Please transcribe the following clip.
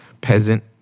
peasant